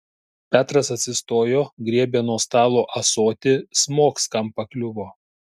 petras atsistojo griebė nuo stalo ąsotį smogs kam pakliuvo